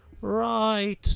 right